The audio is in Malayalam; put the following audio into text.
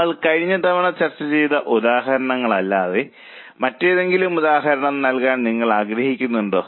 നമ്മൾ കഴിഞ്ഞ തവണ ചർച്ച ചെയ്ത ഉദാഹരണങ്ങളല്ലാതെ മറ്റെന്തെങ്കിലും ഉദാഹരണം നൽകാൻ നിങ്ങൾ ആഗ്രഹിക്കുന്നുണ്ടോ